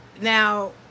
Now